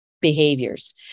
behaviors